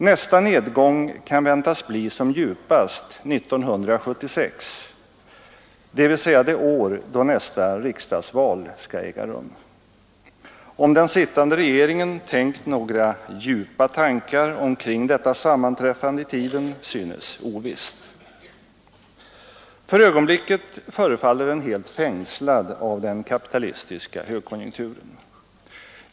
Nästa nedgång kan väntas bli som djupast 1976, dvs. det år då nästa riksdagsval skall äga rum. Om den sittande regeringen tänkt några djupa tankar omkring detta sammanträffande i tiden synes ovisst. För ögonblicket förefaller den helt fängslad av den kapitalistiska högkonjunkturen.